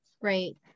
Great